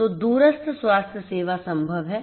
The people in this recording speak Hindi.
तो दूरस्थ स्वास्थ्य सेवा संभव है